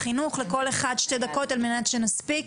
לכל אחד שתי דקות על מנת שנספיק.